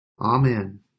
Amen